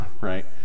right